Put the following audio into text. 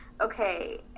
okay